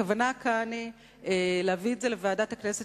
הכוונה כאן היא להביא את זה לוועדת הכנסת